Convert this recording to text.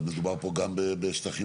אנחנו השחקן הכי גדול ואני אומר לכם כשחקן